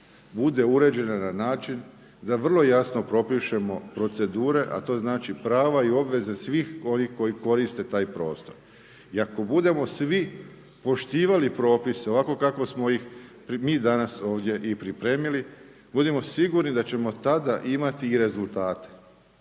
bude uređena na način da vrlo jasno propišemo procedure, a to znači prava i obveze svih koji koriste taj prostor. I ako budemo svi poštivali propise, ovako kako smo ih mi danas ovdje i pripremili, budimo sigurni da ćemo tada imati i rezultate.